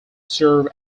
serve